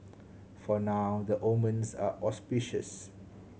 for now the omens are auspicious